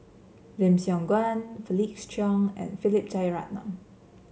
Lim Siong Guan Felix Cheong and Philip Jeyaretnam